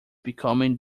becoming